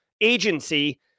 agency